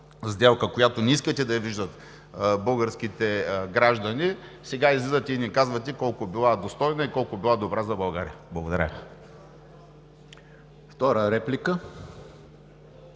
която не искате да я виждат българските граждани, сега излизате и ни казвате колко била достойна и добра за България? Благодаря